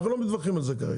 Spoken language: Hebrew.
אנחנו לא מתווכחים על זה כרגע.